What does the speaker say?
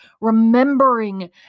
remembering